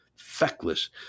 feckless